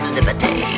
Liberty